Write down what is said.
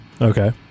Okay